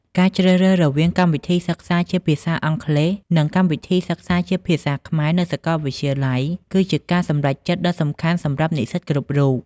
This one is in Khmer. ការជ្រើសរើសរវាងកម្មវិធីសិក្សាជាភាសាអង់គ្លេស និងកម្មវិធីសិក្សាជាភាសាខ្មែរនៅសាកលវិទ្យាល័យ គឺជាការសម្រេចចិត្តដ៏សំខាន់សម្រាប់និស្សិតគ្រប់រូប។